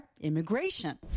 immigration